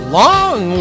long